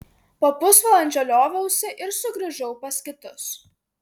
po pusvalandžio lioviausi ir sugrįžau pas kitus